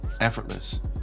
effortless